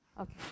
okay